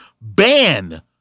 ban